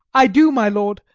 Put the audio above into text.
i do, my lord,